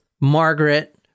Margaret